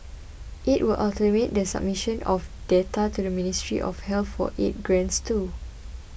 it will automate the submission of data to the Ministry of Health for aid grants too